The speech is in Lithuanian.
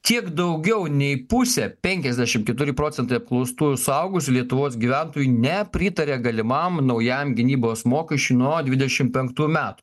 kiek daugiau nei pusė penkiasdešim keturi procentai apklaustųjų suaugusių lietuvos gyventojų nepritaria galimam naujam gynybos mokesčiui nuo dvidešim penktų metų